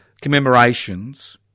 commemorations